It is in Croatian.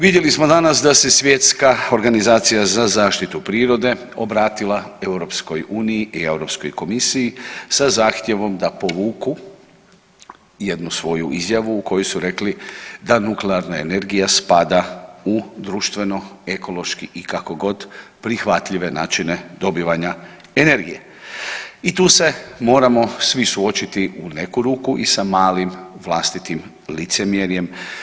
Vidjeli smo danas da se Svjetska organizacija za zaštitu prirode obratila EU i Europskoj komisiji sa zahtjevom da povuku jednu svoju izjavu u kojoj su rekli da nuklearna energija spada u društveno ekološki i kako god prihvatljive načine dobivanja energije i tu se moramo svi suočiti u neku ruku i sa malim vlastitim licemjerjem.